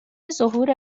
ظهور